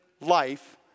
life